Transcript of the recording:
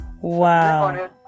Wow